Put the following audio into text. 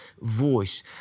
voice